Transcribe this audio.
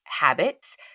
habits